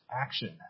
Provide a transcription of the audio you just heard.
action